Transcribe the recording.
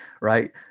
Right